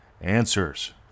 answers